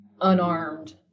unarmed